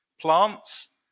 plants